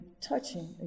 touching